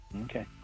Okay